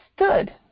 stood